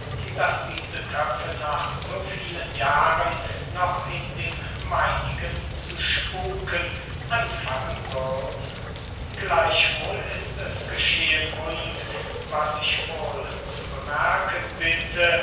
daß diese köpfe nach so vielen jahren noch in dem meinigen zu spüken anfangen würden gleichwohl ist es geschehen und was ich wohl zu bemerken